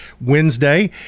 Wednesday